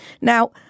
Now